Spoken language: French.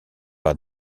par